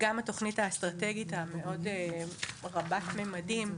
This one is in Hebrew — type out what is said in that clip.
גם התוכנית האסטרטגית המאוד רבת מימדים,